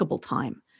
time